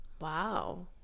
wow